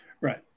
Right